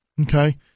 Okay